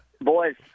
Boys